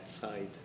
side